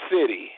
city